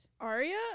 Aria